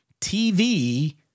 TV